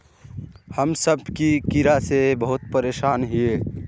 हम सब की कीड़ा से बहुत परेशान हिये?